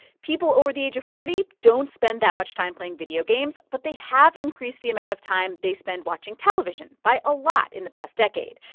people over the age of forty don't spend that much time playing video games, but they have increased the amount of time they spend watching television by a lot in the past decade.